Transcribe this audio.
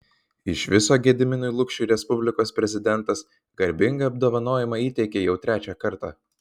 iš viso gediminui lukšiui respublikos prezidentas garbingą apdovanojimą įteikė jau trečią kartą